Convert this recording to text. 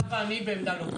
גם אני בעמדה לא פופולרית.